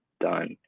done